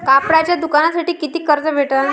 कापडाच्या दुकानासाठी कितीक कर्ज भेटन?